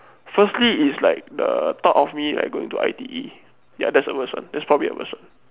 firstly is like the thought of me like going to I_T_E ya that's the worst one that's probably the worst one